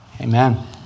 Amen